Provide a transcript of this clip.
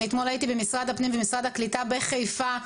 אני אתמול הייתי במשרד הפנים ומשרד הקליטה בחיפה,